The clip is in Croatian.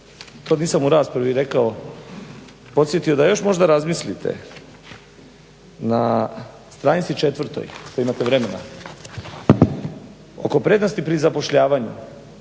to nisam u raspravi rekao podsjetio da još možda razmislite na stranici četvrtoj ako imate vremena oko prednosti pri zapošljavanju